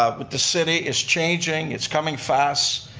ah with the city, it's changing, it's coming fast.